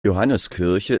johanneskirche